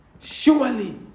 Surely